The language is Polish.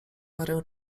parę